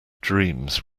dreams